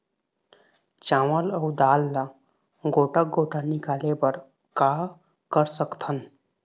चावल अऊ दाल ला गोटा गोटा निकाले बर का कर सकथन?